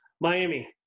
Miami